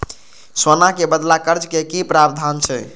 सोना के बदला कर्ज के कि प्रावधान छै?